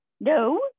no